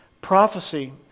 Prophecy